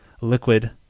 Liquid